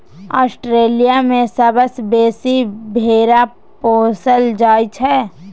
Australia मे सबसँ बेसी भेरा पोसल जाइ छै